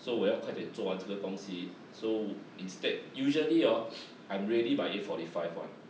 so 我要快点做完这个东西 so instead usually orh I'm ready by eight forty five one